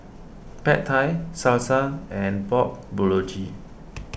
Pad Thai Salsa and Pork Bulgogi